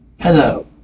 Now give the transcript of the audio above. Hello